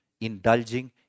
indulging